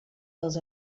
dels